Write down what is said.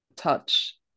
touch